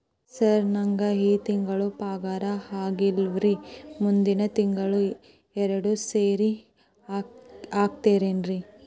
sir ನಂಗ ಈ ತಿಂಗಳು ಪಗಾರ ಆಗಿಲ್ಲಾರಿ ಮುಂದಿನ ತಿಂಗಳು ಎರಡು ಸೇರಿ ಹಾಕತೇನ್ರಿ